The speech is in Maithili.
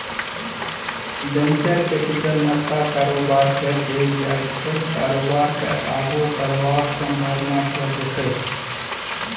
बेंचर कैपिटल नबका कारोबारकेँ देल जाइ छै कारोबार केँ आगु बढ़बाक संभाबना केँ देखैत